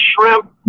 shrimp